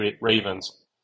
Ravens